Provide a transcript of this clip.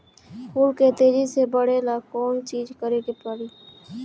फूल के तेजी से बढ़े ला कौन चिज करे के परेला?